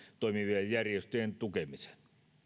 toimivien järjestöjen tukemiseen